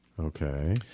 Okay